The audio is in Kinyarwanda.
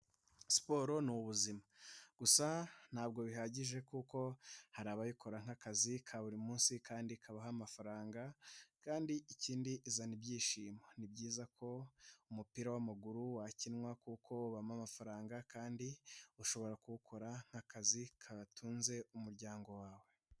siporo ni ubuzima. Gusa ntabwo bihagije kuko hari abayikora nk'akazi ka buri munsi kandi kabaha amafaranga kandi ikindi izana ibyishimo. Ni byiza ko umupira w'amaguru wakinwa kuko ubamo amafaranga kandi ushobora kuwukora nk'akazi katunga umuryango wawe.